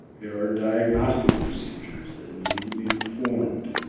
there are diagnostic procedures that need to be performed